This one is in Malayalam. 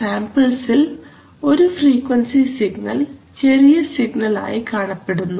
സാമ്പിൾസിൽ ഒരു ഫ്രീക്വൻസി സിഗ്നൽ ചെറിയ സിഗ്നൽ ആയി കാണപ്പെടുന്നു